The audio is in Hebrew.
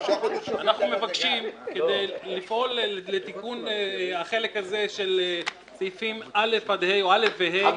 מבקשים כדי לפעול לתיקון החלק הזה של סעיפים א עד ה או א ו-ה.